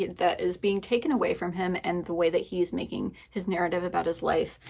that is being taken away from him and the way that he is making his narrative about his life.